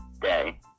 day